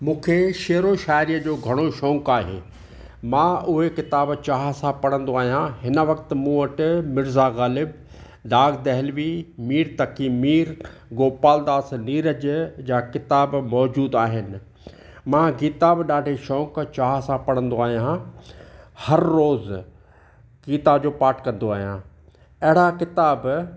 मूंखे शेरो शाइरी जो घणो शौक़ु आहे मां उहे किताब चाह सां पढ़ंदो आहियां हिन वक़्तु मूं वटि मिर्ज़ा ग़ालिब दाग देहलवी मीर तक़ी मीर गोपालदास नीर जे जा किताब मौजूदु आहिनि मां किताब ॾाढे शौक़ु चाह सां पढ़ंदो आहियां हर रोज़ु गीता जो पाठ कंदो आहियां अहिड़ा किताब